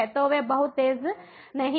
तो वे बहुत तेज नहीं है